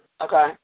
Okay